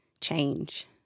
change